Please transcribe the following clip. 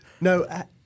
No